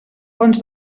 bons